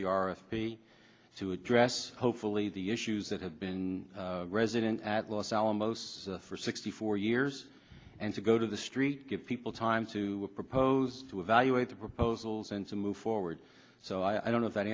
t to address hopefully the issues that have been resident at los alamos for sixty four years and to go to the street give people time to propose to evaluate the proposals and some move forward so i don't know if that